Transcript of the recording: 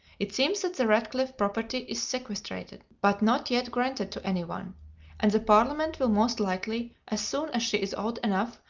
it seems that the ratcliffe property is sequestrated, but not yet granted to any one and the parliament will most likely, as soon as she is old enough,